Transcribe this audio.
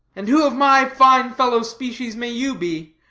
and who of my fine-fellow species may you be?